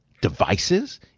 devices